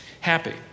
happy